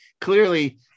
Clearly